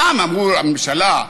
פעם אמרו: הממשלה,